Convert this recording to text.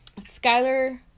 Skyler